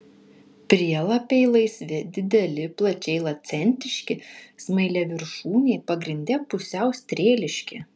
prielapiai laisvi dideli plačiai lancetiški smailiaviršūniai pagrinde pusiau strėliški